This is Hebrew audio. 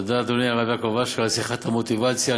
תודה, אדוני, הרב יעקב אשר, על שיחת המוטיבציה.